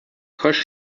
کاش